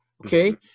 Okay